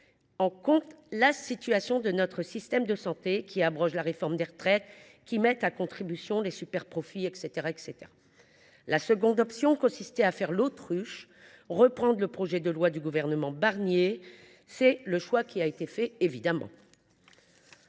en compte la situation de notre système de santé, qui abroge la réforme des retraites, qui mette à contribution les superprofits, etc. La deuxième option consistait à faire l’autruche en reprenant le projet de loi du gouvernement Barnier. C’est évidemment ce choix qui a été fait.